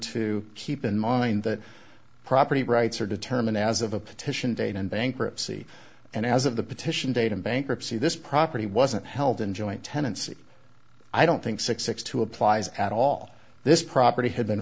to keep in mind that property rights are determined as of a petition date and bankruptcy and as of the petition date in bankruptcy this property wasn't held in joint tenancy i don't think six six two applies at all this property h